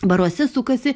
baruose sukasi